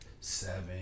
seven